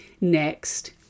Next